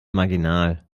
marginal